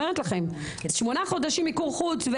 שמונה חודשים מיקור חוץ,